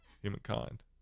Humankind